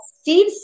Steve